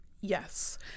Yes